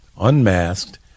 unmasked